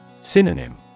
Synonym